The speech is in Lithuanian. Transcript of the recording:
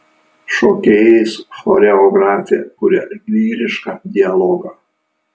šokėjais choreografė kuria lyrišką dialogą